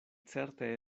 certe